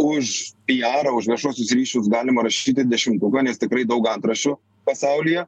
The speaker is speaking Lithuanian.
už pijarą už viešuosius ryšius galima rašyti dešimtuką nes tikrai daug antraščių pasaulyje